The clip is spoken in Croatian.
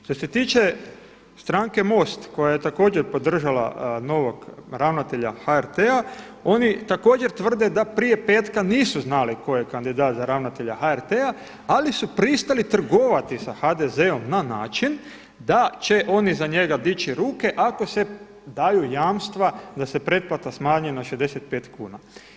Što se tiče stranke MOST koja je također podržala novog ravnatelja HRT-a oni također tvrde da prije petka nisu znali tko je kandidat za ravnatelja HRT-a ali su pristali trgovati sa HDZ-om na način da će oni za njega dići ruke ako se daju jamstva da se pretplata smanji na 65 kuna.